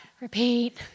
repeat